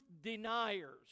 deniers